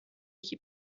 یکی